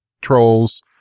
trolls